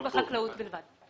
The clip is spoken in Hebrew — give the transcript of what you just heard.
בחקלאות בלבד.